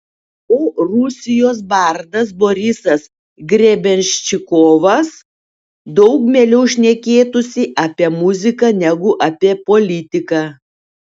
o rusijos bardas borisas grebenščikovas daug mieliau šnekėtųsi apie muziką negu apie politiką